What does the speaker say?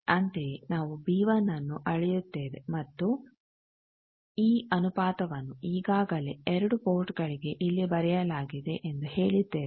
ಅಂತೆಯೇ ನಾವು ಬಿನ್ನು ಅಳೆಯುತ್ತೇವೆ ಮತ್ತು ಈ ಅನುಪಾತವನ್ನು ಈಗಾಗಲೇ 2 ಪೋರ್ಟ್ ಗಳಿಗೆ ಇಲ್ಲಿ ಬರೆಯಲಾಗಿದೆ ಎಂದು ಹೇಳಿದ್ದೇವೆ